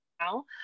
now